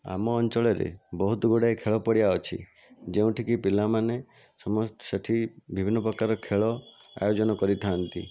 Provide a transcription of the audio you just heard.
ଆମ ଅଞ୍ଚଳରେ ବହୁତ ଗୁଡ଼ାଏ ଖେଳ ପଡ଼ିଆ ଅଛି ଯେଉଁଠିକି ପିଲାମାନେ ସମସ୍ତେ ସେଠି ବିଭିନ୍ନ ପ୍ରକାର ଖେଳ ଆୟୋଜନ କରିଥାନ୍ତି